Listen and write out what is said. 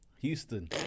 Houston